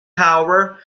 however